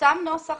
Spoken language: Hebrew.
פורסם נוסח.